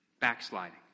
Backsliding